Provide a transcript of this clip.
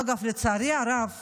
אגב, לצערי הרב